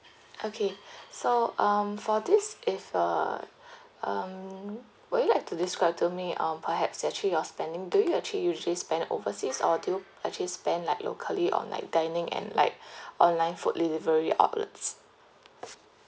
okay so um for this if uh um would you like to describe to me um perhaps actually your spending do you actually usually spend overseas or do you actually spend like locally on like dining and like online food delivery outlets